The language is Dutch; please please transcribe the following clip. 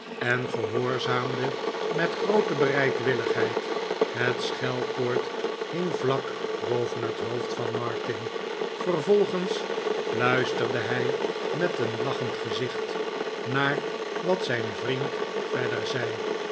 en gehoorzaamde met groote bereidwilligheid het schelkoord hing vlak boven het hoofd van martin vervolgens luisterde hij met een lachend gezicht naar wat zijn vriend verder zei